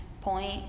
point